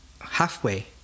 halfway